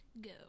go